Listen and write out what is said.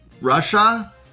Russia